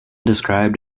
described